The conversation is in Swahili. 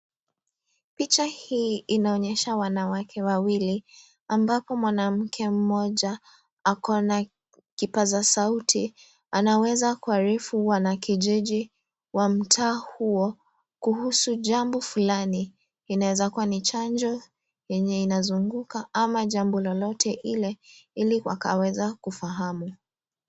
Picha hii inaonyesha wanawake wawili ambako mwanamke mmoja akona kipasa sauti. Anaweza kuarifu wanakijiji wa mtaa huo kuhusu jambo fulani. Inaweza kua ni chanjo yenye inazunguka ama jambo lolote ile ili wakaweze kufahamu.